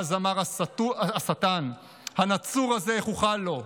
"אז אמר השטן: הנצור הזה / איך אוכל לו?